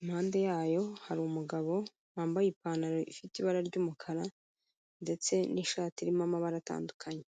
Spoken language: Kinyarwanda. impande yayo hari umugabo wambaye ipantaro ifite ibara ry'umukara ndetse n'ishati irimo amabara atandukanye.